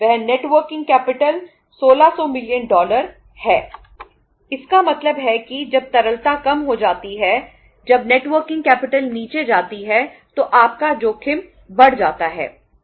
वह net working capital नीचे जाती है तो आपका जोखिम बढ़ जाता है